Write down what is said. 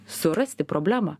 surasti problemą